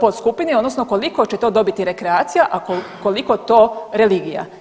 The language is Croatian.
podskupni odnosno koliko će to dobiti to rekreacija, a koliko to religija.